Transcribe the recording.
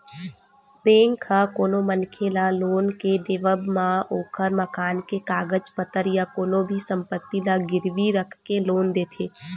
bank ह कोनो मनखे ल लोन के देवब म ओखर मकान के कागज पतर या कोनो भी संपत्ति ल गिरवी रखके लोन देथे